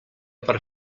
per